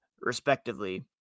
respectively